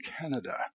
Canada